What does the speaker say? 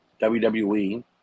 WWE